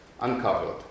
uncovered